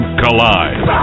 collide